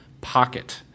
Pocket